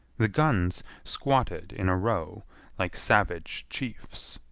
the guns squatted in a row like savage chiefs.